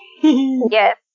Yes